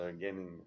Gaming